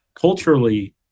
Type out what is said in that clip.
culturally